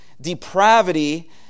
depravity